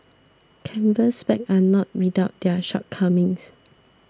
Canvas bags are not without their shortcomings